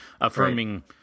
affirming